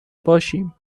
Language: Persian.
باشیم